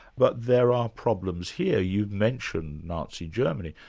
but there are problems here. you mentioned nazi germany,